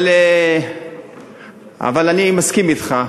אבל אני מסכים אתך,